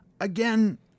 again